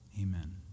Amen